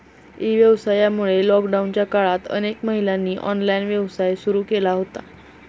E व्यवसायामुळे लॉकडाऊनच्या काळात अनेक महिलांनी ऑनलाइन व्यवसाय सुरू केला होता